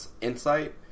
insight